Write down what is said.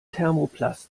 thermoplaste